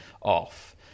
off